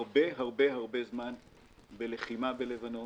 הרבה, הרבה, הרבה זמן בלחימה בלבנון.